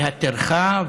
הטרחה,